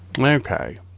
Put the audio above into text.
okay